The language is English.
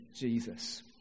Jesus